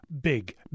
big